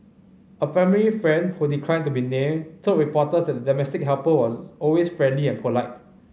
a family friend who declined to be named told reporters that the domestic helper was always friendly and polite